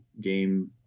game